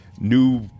new